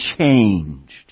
changed